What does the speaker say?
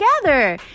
together